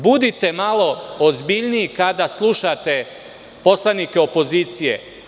Budite malo ozbiljniji kada slušate poslanike opozicije.